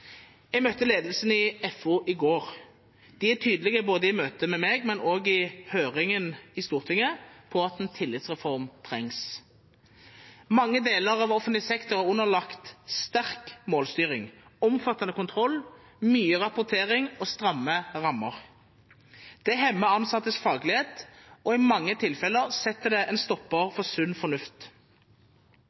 Jeg møtte ledelsen i FO i går. De er tydelige i møte med meg, men også i stortingshøringen, på at en tillitsreform trengs. Mange deler av offentlig sektor er underlagt sterk målstyring, omfattende kontroll, mye rapportering og stramme rammer. Det hemmer ansattes faglighet, og i mange tilfeller setter det en stopper for sunn fornuft.